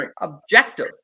objective